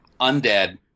undead